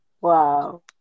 Wow